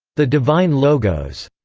the divine logos,